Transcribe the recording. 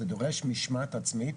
זה דורש משמעת עצמית.